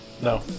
No